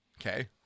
okay